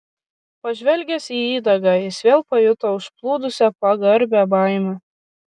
pažvelgęs į įdagą jis vėl pajuto užplūdusią pagarbią baimę